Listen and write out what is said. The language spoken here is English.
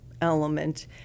element